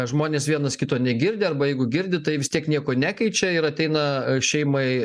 žmonės vienas kito negirdi arba jeigu girdi tai vis tiek nieko nekeičia ir ateina šeimai